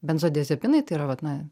benzodiazepinai tai yra vat na